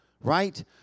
right